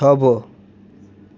થોભો